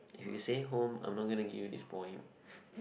if you say home I'm not gonna give you this point